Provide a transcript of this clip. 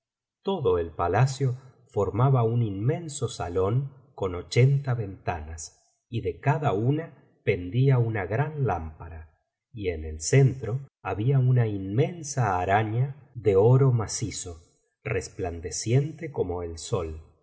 todo el palacio formaba un inmenso salón con ochenta ventanas y de cada una pendía una gran lámpara y en el centro había una inmensa araña de oro ma biblioteca valenciana generalitat valenciana histobia de dulce amiga cizo resplandeciente como el sol